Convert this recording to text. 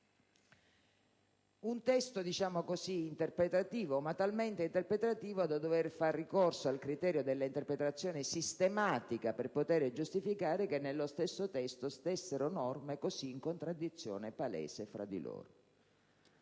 un testo così interpretativo, talmente interpretativo, da doversi fare ricorso al criterio dell'interpretazione sistematica per giustificare che, nello stesso testo, vi fossero norme così in contraddizione palese fra loro.